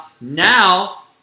now